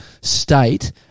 state